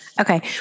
Okay